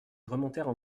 remontèrent